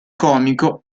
comico